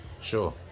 sure